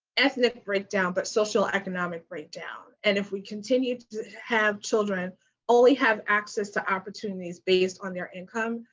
ethnic breakdown but socioeconomic breakdown. and if we continue to have children only have access to opportunities based on their income,